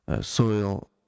soil